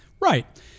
Right